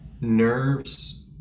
nerves